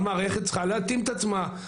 המערכת צריכה להתאים את עצמה.